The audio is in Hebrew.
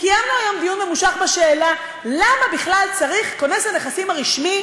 קיימנו היום דיון ממושך בשאלה למה בכלל צריך כונס הנכסים הרשמי